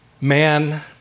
man